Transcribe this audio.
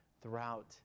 Throughout